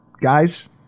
Guys